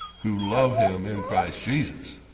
who love him in christ jesus